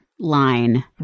line